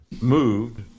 moved